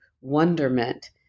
wonderment